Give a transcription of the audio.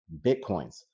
Bitcoins